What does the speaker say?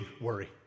worry